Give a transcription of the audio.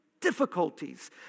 Difficulties